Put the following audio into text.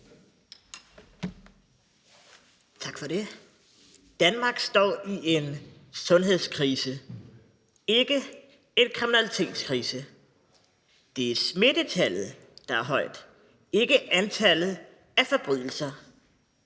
Tak for det. Danmark står i en sundhedskrise, ikke en kriminalitetskrise. Det er smittetallet, der er højt, ikke antallet af forbrydelser.